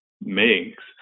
makes